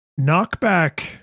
knockback